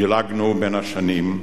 דילגנו בין השנים,